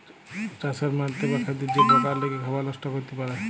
চাষের মাটিতে বা খাদ্যে যে পকা লেগে খাবার লষ্ট ক্যরতে পারে